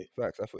facts